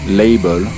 label